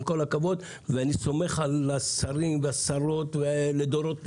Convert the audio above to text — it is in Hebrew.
עם כל הכבוד ואני סומך על השרים והשרות לדורותיהם.